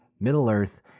Middle-earth